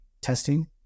testing